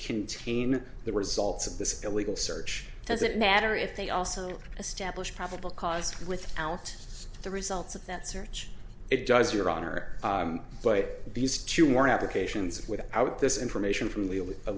contain the results of this illegal search does it matter if they also establish probable cause without the results of that search it does your honor but these two weren't applications with out this information from